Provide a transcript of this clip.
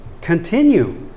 continue